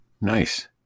Nice